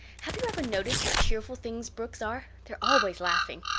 have you ever noticed what cheerful things brooks are? they're always laughing.